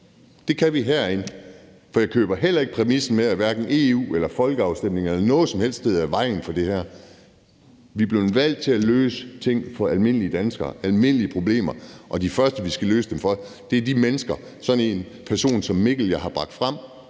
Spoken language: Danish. Det kan vi herinde. For jeg køber heller ikke præmissen om, at EU eller folkeafstemninger eller noget som helst andet står i vejen for det her. Vi er blevet valgt til at løse ting for almindelige danskere, almindelige problemer, og de første, vi skal løse dem for, er personer som Mikkel, som jeg har bragt frem